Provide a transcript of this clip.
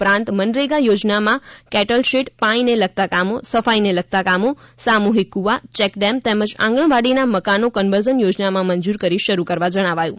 ઉપરાંત મનરેગા યોજનામાં cattle shed પાણીને લગતા કામો સફાઇને લગતા કામો સામૂહિક કૂવા ચેકડેમ તેમજ આંગણવાડીના મકાનો કન્વર્જન યોજનામાં મંજૂર કરી શરૂ કરવા જણાવાયું